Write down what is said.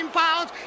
pounds